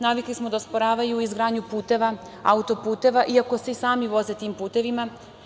Navikli smo da osporavaju i izgradnju puteva i auto-puteva, iako se i sami voze tim putevima.